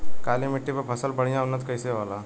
काली मिट्टी पर फसल बढ़िया उन्नत कैसे होला?